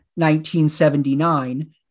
1979